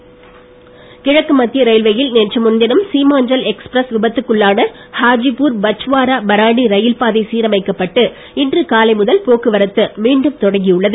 ரயில் கிழக்கு மத்திய ரயில்வேயில் நேற்று முன்தினம் சீமாஞ்சல் எக்ஸ்பிரஸ் விபத்துக்குள்ளான ஹாஜிபூர் பச்வாரா பரானி ரயில் பாதை சீரமைக்கப்பட்டு இன்று காலை முதல் போக்குவரத்து மீண்டும் தொடங்கி உள்ளது